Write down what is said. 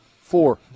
Four